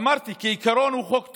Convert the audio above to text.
ואמרתי, כעיקרון הוא חוק טוב.